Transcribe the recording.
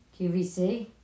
QVC